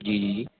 जी जी जी